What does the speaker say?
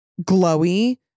glowy